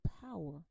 power